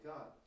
God